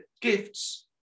gifts